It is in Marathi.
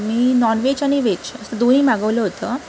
मी नॉन वेज आणि वेज असं दोन्ही मागवलं होतं